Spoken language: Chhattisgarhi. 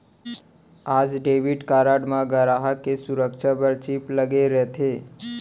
आज डेबिट कारड म गराहक के सुरक्छा बर चिप लगे रथे